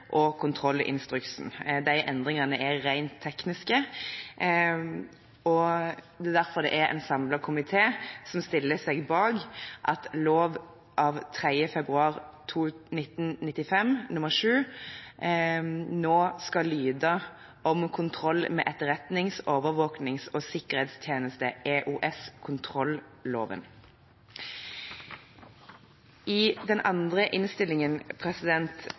og kontrollinstruksen. Disse endringene er rent tekniske, og derfor er det en samlet komité som stiller seg bak at lov av 3. februar 1995 nr. 7 nå skal lyde «om kontroll med etterretnings-, overvåkings- og sikkerhetstjeneste I den andre innstillingen,